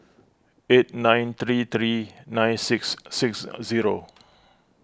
eight nine three three nine six six zero